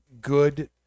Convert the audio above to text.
good